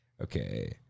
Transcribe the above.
Okay